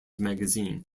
magazine